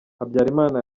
habyarimana